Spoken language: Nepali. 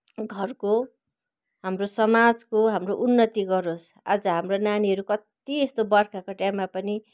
घरको हाम्रो समाजको हाम्रो उन्नति गरोस् आज हाम्रो नानीहरू कत्ति यस्तो बर्खाको टाइममा पनि